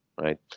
right